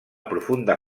profunda